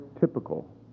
typical